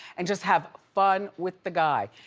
and just have fun with the guy.